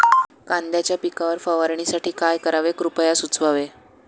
कांद्यांच्या पिकावर फवारणीसाठी काय करावे कृपया सुचवावे